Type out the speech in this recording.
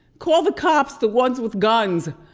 call the cops, the ones with guns.